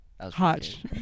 Hot